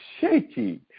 shaky